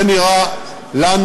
זה נראה לנו,